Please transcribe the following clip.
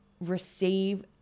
receive